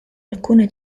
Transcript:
alcune